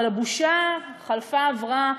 אבל הבושה חלפה עברה,